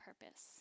purpose